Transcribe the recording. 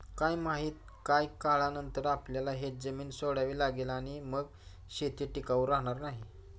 काय माहित, काही काळानंतर आपल्याला ही जमीन सोडावी लागेल आणि मग शेती टिकाऊ राहणार नाही